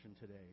today